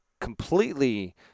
completely